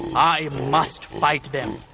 i must fight them.